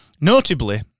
Notably